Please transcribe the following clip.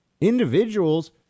Individuals